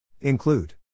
Include